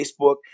Facebook